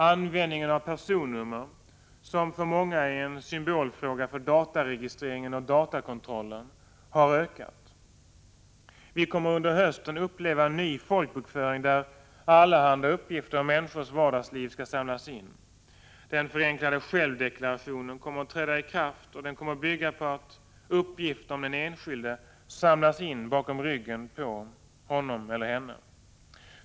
Användningen av personnummer, som för många är en symbolfråga för dataregistreringen och datakontrollen, har ökat. Vi kommer under hösten att uppleva en ny folkbokföring, där allehanda uppgifter om människors vardagsliv skall samlas in. Den förenklade självdeklarationen kommer att träda i kraft och bygga på att uppgifterna om den enskilde samlas in bakom ryggen på honom eller henne.